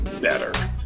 better